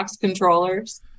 controllers